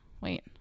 wait